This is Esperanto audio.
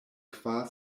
kvar